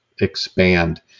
expand